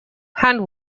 hand